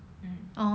mm